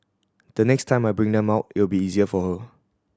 the next time I bring them out it will be easier for her